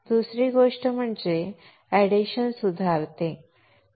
दुसरी गोष्ट म्हणजे ते एडेशन सुधारेल